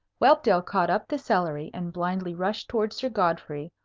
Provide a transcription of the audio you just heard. whelpdale caught up the celery, and blindly rushed towards sir godfrey,